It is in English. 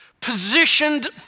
positioned